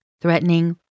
threatening